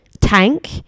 tank